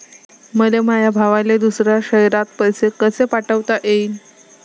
मले माया भावाले दुसऱ्या शयरात पैसे कसे पाठवता येईन?